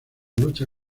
lucha